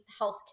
healthcare